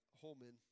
Holman